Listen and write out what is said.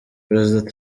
perezida